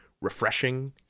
Refreshing